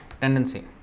tendency